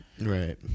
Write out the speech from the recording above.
Right